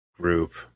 group